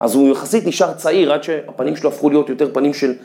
אז הוא יחסית נשאר צעיר, עד שהפנים שלו הפכו להיות יותר פנים של...